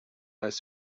als